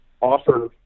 offer